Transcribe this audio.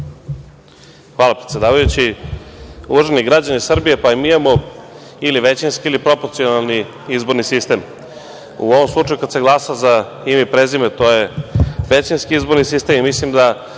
Hvala, predsedavajući. Uvaženi građani Srbije, pa mi imamo ili većinski ili proporcionalni izborni sistem. U ovom slučaju kada se glasa za ime i prezime, to je većinski izborni sistem i mislim da